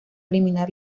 eliminar